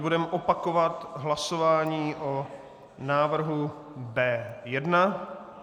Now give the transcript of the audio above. Budeme opakovat hlasování o návrhu B1.